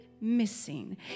missing